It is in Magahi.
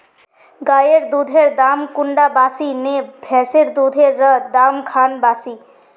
गायेर दुधेर दाम कुंडा बासी ने भैंसेर दुधेर र दाम खान बासी?